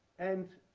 and